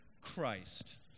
Christ